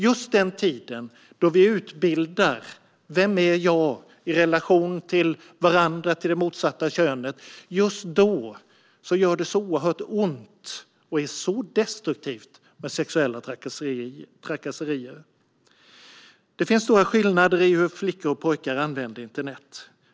Just den tid då vi utforskar vilka vi är i relation till varandra och till det motsatta könet gör det så oerhört ont och är så destruktivt med sexuella trakasserier. Det finns stora skillnader i hur flickor och pojkar använder internet.